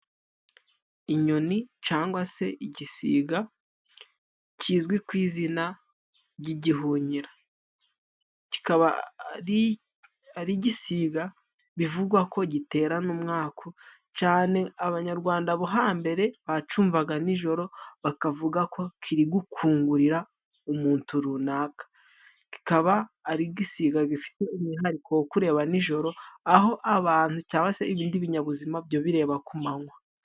Inyoni cangwa se igisiga kizwi ku izina ry'igihunyira, kikaba ari igisiga bivugwa ko gitera n'umwaku, cane abanyarwanda bo hambere bacumvaga ni joro bakavuga ko kiri gukungurira umuntu runaka. Kikaba ari igisiga gifite umwihariko wo kureba ni joro, aho abantu cyangwa se ibindi binyabuzima byo bireba ku manywa.